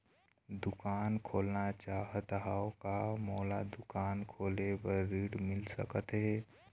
दुकान खोलना चाहत हाव, का मोला दुकान खोले बर ऋण मिल सकत हे?